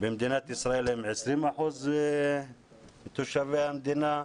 במדינת ישראל הם 20% מתושבי המדינה.